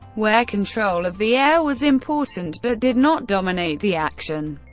where control of the air was important, but did not dominate the action.